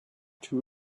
too